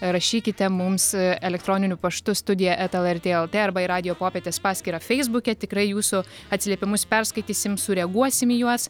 rašykite mums elektroniniu paštu studija eta lrt lt arba į radijo popietės paskyrą feisbuke tikrai jūsų atsiliepimus perskaitysim sureaguosim į juos